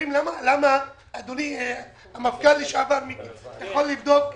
למה אדוני המפכ"ל לשעבר, מיקי, אתה יכול לבדוק את